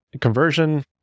conversion